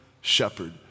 shepherd